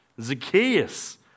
Zacchaeus